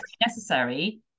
necessary